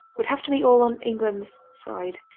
would have to be all on england's side.